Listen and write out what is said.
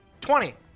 Twenty